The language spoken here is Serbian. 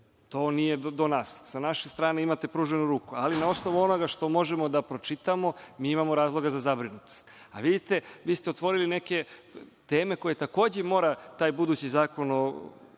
To nije do nas. Sa naše strane imate pruženu ruku, ali na osnovu onoga što možemo da pročitamo mi imamo razloga za zabrinutost. Vi ste otvorili neke teme koje takođe mora taj budući zakon o